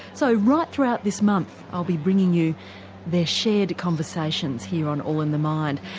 so, right throughout this month i'll be bringing you their shared conversations here on all in the mind.